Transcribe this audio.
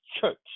church